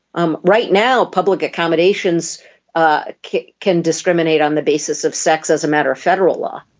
um right now public accommodations ah kick can discriminate on the basis of sex as a matter of federal law